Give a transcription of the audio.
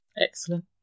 excellent